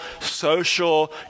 social